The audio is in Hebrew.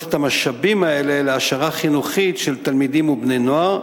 את המשאבים האלה להעשרה חינוכית של תלמידים ובני-נוער,